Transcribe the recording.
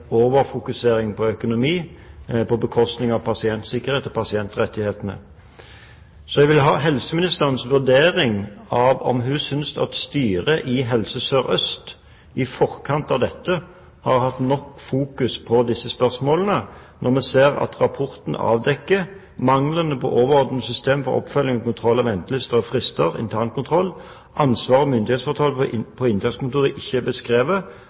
overfokusering på økonomi på bekostning av pasientsikkerhet og pasientrettigheter. Så jeg vil ha helseministerens vurdering av hvorvidt styret i Helse Sør-Øst i forkant av dette har hatt nok fokus på disse spørsmålene når vi ser at rapporten avdekker mangel på overordnede systemer, oppfølging, kontroll når det gjelder ventelister og frister, internkontroll – ansvars- og myndighetsforhold på inntakskontoret er ikke beskrevet